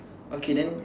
okay then